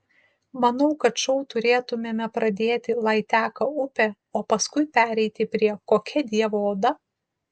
manau kad šou turėtumėme pradėti lai teka upė o paskui pereiti prie kokia dievo oda